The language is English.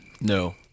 No